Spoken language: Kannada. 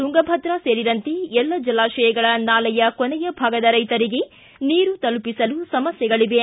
ತುಂಗಭದ್ರಾ ಸೇರಿದಂತೆ ಎಲ್ಲ ಜಲಾಶಯಗಳ ನಾಲೆಯ ಕೊನೆಯ ಭಾಗದ ರೈತರಿಗೆ ನೀರು ತಲುಪಿಸಲು ಸಮಸ್ಥೆಗಳಿವೆ